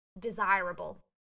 desirable